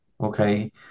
okay